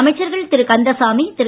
அமைச்சர்கள் திரு கந்தசாமி திரு